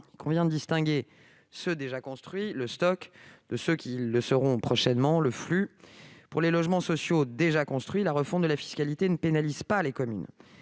il convient de distinguer ceux qui sont déjà construits- le stock -de ceux qui le seront prochainement- le flux. Pour les logements sociaux déjà construits, la refonte de la fiscalité ne pénalise pas les communes.